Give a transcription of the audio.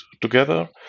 together